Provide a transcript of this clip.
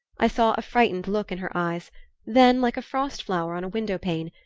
i saw a frightened look in her eyes then, like a frost flower on a window-pane,